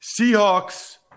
Seahawks